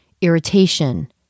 irritation